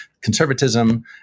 conservatism